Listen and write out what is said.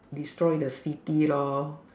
destroy the city lor